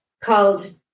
called